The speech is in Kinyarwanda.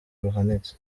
ruhanitse